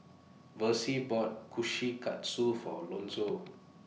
Versie bought Kushikatsu For Lonzo